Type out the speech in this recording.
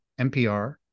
NPR